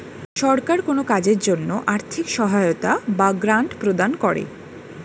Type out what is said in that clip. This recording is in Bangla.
সরকার কোন কাজের জন্য আর্থিক সহায়তা বা গ্র্যান্ট প্রদান করে